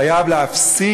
חייב להפסיק.